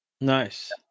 Nice